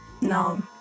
No